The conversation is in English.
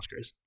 Oscars